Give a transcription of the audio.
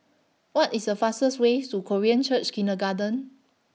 What IS The fastest Way to Korean Church Kindergarten